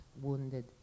wounded